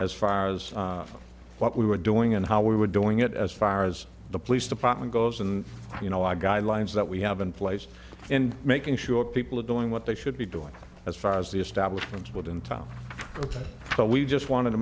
as far as what we were doing and how we were doing it as far as the police department goes and you know our guidelines that we have in place and making sure people are doing what they should be doing as far as the establishment would in town but we just wanted to